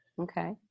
Okay